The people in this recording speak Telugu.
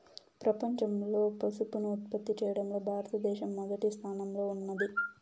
ప్రపంచంలో పసుపును ఉత్పత్తి చేయడంలో భారత దేశం మొదటి స్థానంలో ఉన్నాది